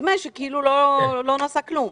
נדמה שכאילו לא נעשה כלום.